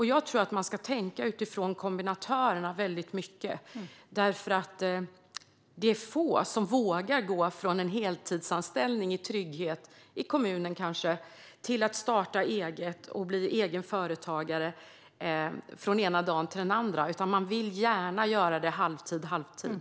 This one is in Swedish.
Jag tror att man ska tänka utifrån kombinatörernas behov i stor utsträckning, för det är få som vågar gå från en heltidsanställning i trygghet, i kommunen kanske, till att starta eget och bli egenföretagare från den ena dagen till den andra. Man vill gärna jobba halvtid-halvtid.